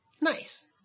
Nice